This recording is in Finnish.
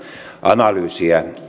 analyysia